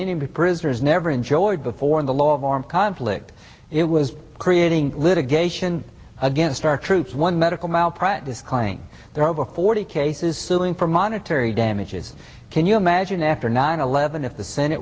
the prisoners never enjoyed before in the law of armed conflict it was creating litigation against our troops one medical malpractise claims there are over forty cases suing for monetary damages can you imagine after nine eleven if the senate